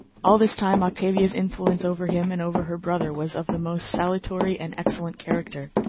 all this time octavia's influence over him and over her brother was of the most salutary and excellent character.